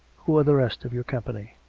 who are the rest of your company?